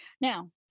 Now